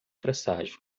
presságios